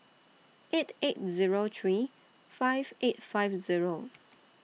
eight eight Zero three five eight five Zero